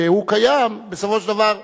שקיים בסופו של דבר מובא,